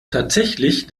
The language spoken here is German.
tatsächlich